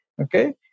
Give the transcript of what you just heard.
Okay